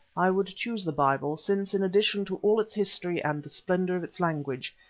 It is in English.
i would choose the bible, since, in addition to all its history and the splendour of its language,